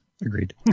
agreed